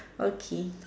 okay